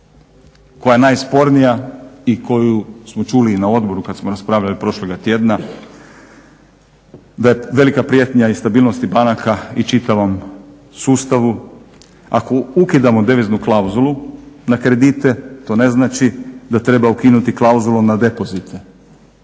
koja je najspornija i koju smo čuli i na odboru kad smo raspravljali prošloga tjedna da je velika prijetnja i stabilnosti banaka i čitavom sustavu. Ako ukidamo deviznu klauzulu na kredite to ne znači da treba ukinuti klauzulu na depozite.